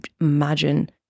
imagine